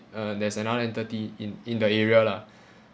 uh there's another entity in in the area lah